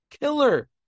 Killer